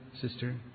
sister